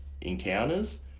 encounters